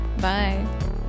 Bye